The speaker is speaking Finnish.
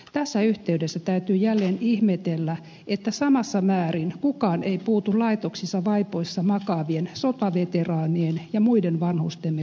tässä yhteydessä täytyy jälleen ihmetellä että samassa määrin kukaan ei puutu laitoksissa vaipoissa makaavien sotaveteraanien ja muiden vanhustemme kohtaloon